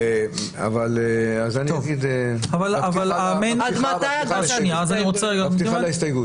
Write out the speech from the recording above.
אז אני אדבר בפתיחה להסתייגויות.